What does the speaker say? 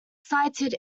cited